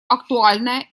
актуальное